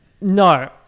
No